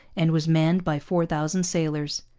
and was manned by four thousand sailors.